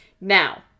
Now